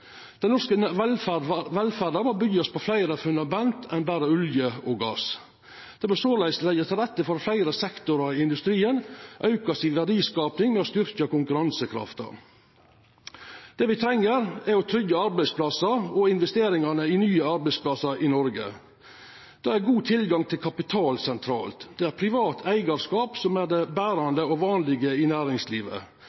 velferda må verta bygd på fleire fundament enn berre olje og gass. Ein bør såleis leggja til rette for at fleire sektorar i industrien aukar si verdiskaping ved å styrkja konkurransekrafta. Det me treng, er trygge arbeidsplassar og investeringar i nye arbeidsplassar i Noreg. Då er god tilgang til kapital sentralt. Det er privat eigarskap som er det